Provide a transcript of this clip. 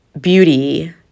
beauty